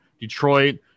Detroit